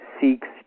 seeks